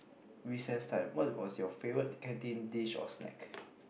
recess time what was your favourite canteen dish or snack